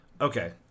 Okay